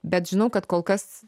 bet žinau kad kol kas